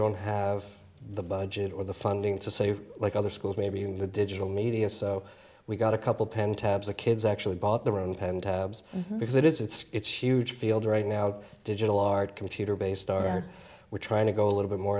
don't have the budget or the funding to save like other schools maybe in the digital media so we got a couple pen tabs the kids actually bought their own penned because it is it's huge field right now digital art computer based order we're trying to go a little bit more